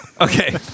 Okay